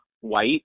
white